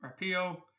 rapio